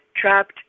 trapped